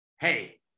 hey